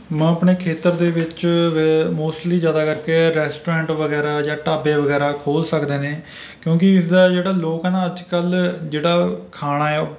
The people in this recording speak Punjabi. ਮੈਂ ਆਪਣੇ ਖੇਤਰ ਦੇ ਵਿੱਚ ਅ ਮੌਸਟਲੀ ਜ਼ਿਆਦਾ ਕਰਕੇ ਰੈਸਟੋਰੈਂਟ ਵਗੈਰਾ ਜਾਂ ਢਾਬੇ ਵਗੈਰਾ ਖੋਲ ਸਕਦੇ ਨੇ ਕਿਉਂਕਿ ਇਸਦਾ ਜਿਹੜਾ ਲੋਕ ਨਾ ਅੱਜ ਕੱਲ ਜਿਹੜਾ ਖਾਣਾ ਹੈ